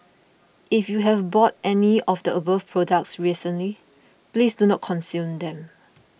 if you have bought any of the above products recently please do not consume them